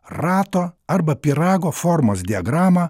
rato arba pyrago formos diagramą